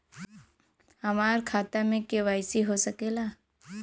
हमार खाता में के.वाइ.सी हो सकेला?